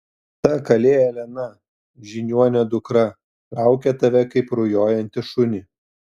ta kalė elena žiniuonio dukra traukia tave kaip rujojantį šunį